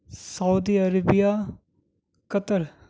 سعودی Arabia قطر